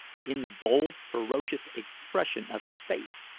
in the bold, ferocious expression of his face,